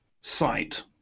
site